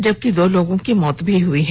जबकि दो लोगों की मौत हुई है